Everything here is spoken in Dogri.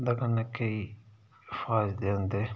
उं'दे कन्नै केईं फायदे होंदे